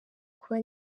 kuba